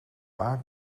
waar